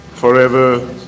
forever